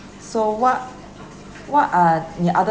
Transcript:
so what what are the other